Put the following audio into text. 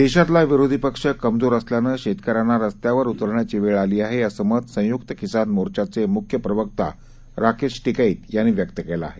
देशातला विरोधी पक्ष कमजोर असल्यानं शेतकऱ्यांना रस्त्यावर उतरण्याची वेळ आली आहे असं मत संयुक्त किसान मोर्चाचे मुख्य प्रवक्ता राकेश टिकैत यांनी व्यक्त केलं आहे